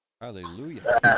Hallelujah